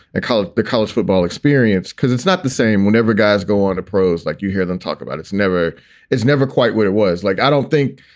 i called the college football experience because it's not the same. whenever guys go on to pros like you hear them talk about, it's never it's never quite what it was like. i don't think,